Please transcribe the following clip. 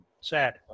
Sad